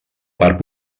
part